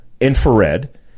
Infrared